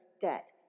debt